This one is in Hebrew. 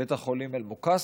בית החולים אל-מקאסד.